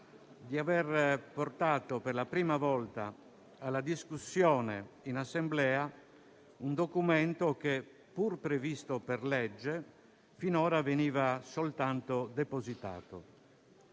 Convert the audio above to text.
di aver portato per la prima volta alla discussione in Assemblea un documento che, pur previsto per legge, finora veniva soltanto depositato.